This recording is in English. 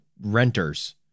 renters